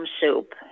soup